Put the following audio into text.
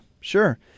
sure